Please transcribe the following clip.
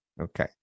Okay